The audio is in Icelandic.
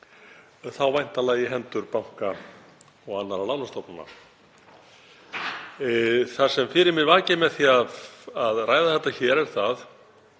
þá væntanlega í hendur banka og annarra lánastofnana. Það sem fyrir mér vakir, með því að ræða þetta hér, er að